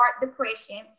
depression